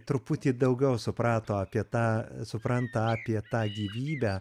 truputį daugiau suprato apie tą supranta apie tą gyvybę